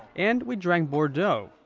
and we drank bordeaux,